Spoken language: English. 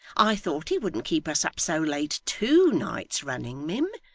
i thought he wouldn't keep us up so late, two nights running, mim.